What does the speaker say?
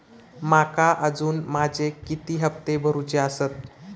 माका अजून माझे किती हप्ते भरूचे आसत?